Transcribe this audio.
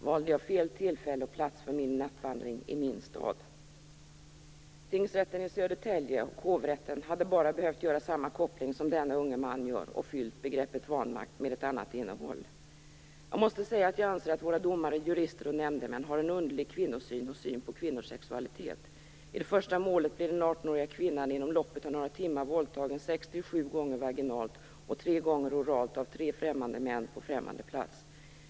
Valde jag fel tillfälle och plats för min nattvandring i min stad? Tingsrätten i Södertälje och hovrätten hade bara behövt göra samma koppling som denna unge man gör och därmed fyllt begreppet vanmakt med ett annat innehåll. Jag måste säga att jag anser att våra domare, jurister och nämndemän har en underlig kvinnosyn och syn på kvinnors sexualitet. I det första målet blev den artonåriga kvinnan inom loppet av några timmar våldtagen sex till sju gånger vaginalt och tre gånger oralt av tre främmande män på främmande plats.